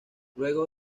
luego